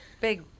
Big